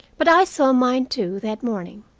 but i saw mine, too, that morning.